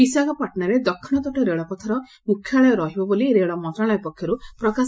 ବିଶାଖାପାଟଣାରେ ଦକ୍ଷିଣତଟ ରେଳପଥର ମୁଖ୍ୟାଳୟ ରହିବ ବୋଲି ରେଳ ମନ୍ତଶାଳୟ ପକ୍ଷର୍ଠ ପ୍ରକାଶ